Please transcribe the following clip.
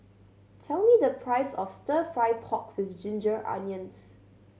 tell me the price of Stir Fry pork with ginger onions